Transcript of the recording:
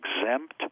exempt